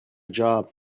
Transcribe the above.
job